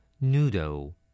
Noodle